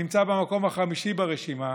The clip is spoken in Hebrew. שנמצא במקום החמישי ברשימה